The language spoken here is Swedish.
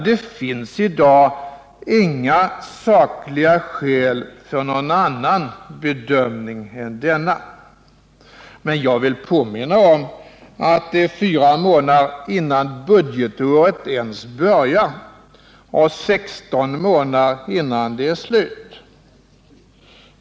Det finns i dag inga sakliga skäl för någon annan bedömning än denna. Men jag vill påminna om att det är 4 månader innan budgetåret ens börjar och 16 månader innan det är slut.